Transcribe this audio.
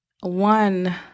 one